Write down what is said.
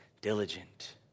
diligent